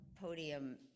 podium